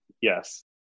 yes